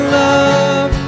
love